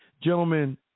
Gentlemen